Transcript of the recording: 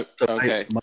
Okay